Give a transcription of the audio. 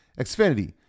Xfinity